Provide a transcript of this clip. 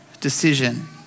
decision